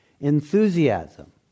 enthusiasm